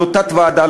לא תת-ועדה,